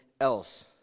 else